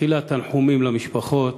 תחילה תנחומים למשפחות,